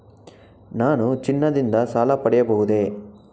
ನಾನು ಚಿನ್ನದಿಂದ ಸಾಲ ಪಡೆಯಬಹುದೇ?